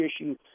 issue